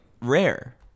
rare